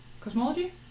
cosmology